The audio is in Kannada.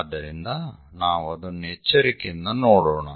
ಆದ್ದರಿಂದ ನಾವು ಅದನ್ನು ಎಚ್ಚರಿಕೆಯಿಂದ ನೋಡೋಣ